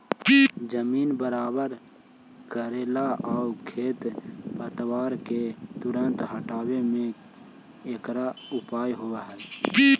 जमीन बराबर कऽरेला आउ खेर पतवार के तुरंत हँटावे में एकरा उपयोग होवऽ हई